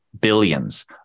billions